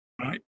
right